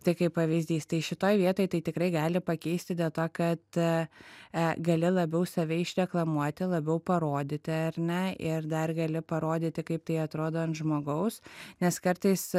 tai kaip pavyzdys tai šitoj vietoj tai tikrai gali pakeisti dėl to kad e gali labiau save išreklamuoti labiau parodyti ar ne ir dar gali parodyti kaip tai atrodo ant žmogaus nes kartais